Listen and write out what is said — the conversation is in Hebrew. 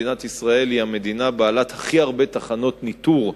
מדינת ישראל היא המדינה בעלת הכי הרבה תחנות ניטור,